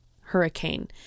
hurricane